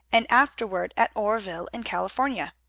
and afterward at oreville in california.